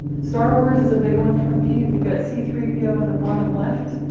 star wars is a big one for me you've got c three po in the bottom left,